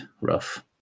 rough